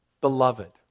beloved